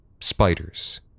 Spiders